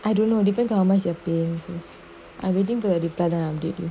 I don't know depends how much you are paying this I'm waiting for the replay then I'm date you